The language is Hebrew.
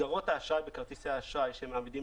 מסגרות האשראי בכרטיסי האשראי שהם מעמידים